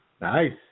Nice